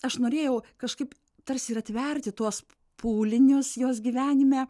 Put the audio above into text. aš norėjau kažkaip tarsi ir atverti tuos pūlinius jos gyvenime